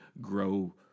grow